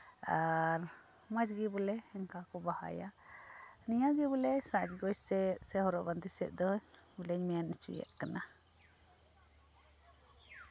ᱟᱨ ᱢᱚᱸᱡᱽ ᱜᱮ ᱵᱚᱞᱮ ᱚᱱᱠᱟ ᱠᱚ ᱵᱟᱦᱟᱭᱟ ᱱᱤᱭᱟᱹ ᱜᱮ ᱵᱚᱞᱮ ᱥᱟᱡᱽᱼᱜᱳᱡᱽ ᱥᱮ ᱦᱚᱨᱚᱜ ᱵᱟᱸᱫᱮ ᱥᱮᱫ ᱫᱚ ᱵᱚᱞᱮᱧ ᱢᱮᱱ ᱦᱚᱪᱚᱭᱮᱫ ᱠᱟᱱᱟ